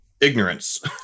Ignorance